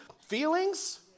feelings